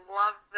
love